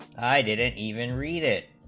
i didn't even read it